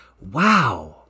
wow